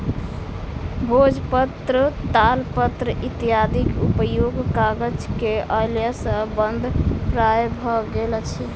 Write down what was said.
भोजपत्र, तालपत्र इत्यादिक उपयोग कागज के अयला सॅ बंद प्राय भ गेल अछि